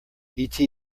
eta